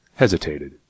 hesitated